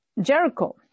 jericho